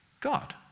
God